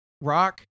rock